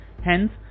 Hence